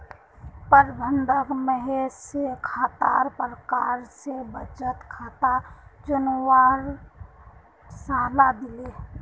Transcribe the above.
प्रबंधक महेश स खातार प्रकार स बचत खाता चुनवार सलाह दिले